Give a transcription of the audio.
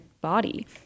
body